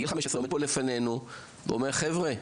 בגיל 15 עומד פה לפנינו ואומר חבר'ה,